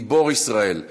גיבור ישראל,